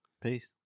Peace